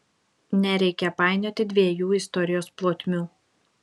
nereikia painioti dviejų istorijos plotmių